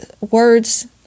words